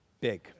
big